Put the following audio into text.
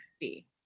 see